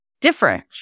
different